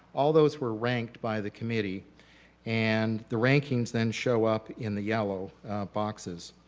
all those were ranked by the committee and the rankings then show up in the yellow boxes.